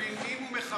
מבינים ומכבדים.